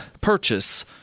purchase